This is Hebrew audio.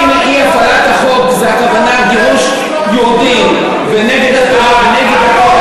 אם אי-הפעלת החוק הכוונה היא גירוש יהודים ונגד התורה ונגד,